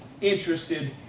interested